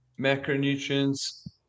macronutrients